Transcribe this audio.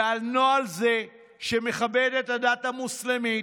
הנוהל הזה, שמכבד את הדת המוסלמית,